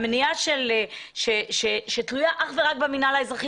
המניעה שתלויה אך ורק במינהל האזרחי,